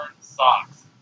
socks